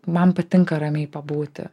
man patinka ramiai pabūti